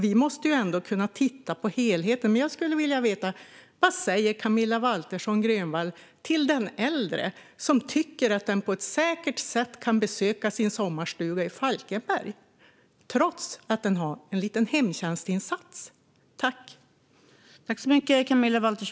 Vi måste ändå kunna titta på helheten. Jag skulle gärna vilja veta: Vad säger Camilla Waltersson Grönvall till den äldre som tycker att den på ett säkert sätt kan besöka sin sommarstuga i Falkenberg trots att den har en liten hemtjänstinsats?